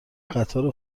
قطار